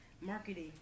Marketing